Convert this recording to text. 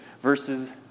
Verses